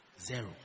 Zero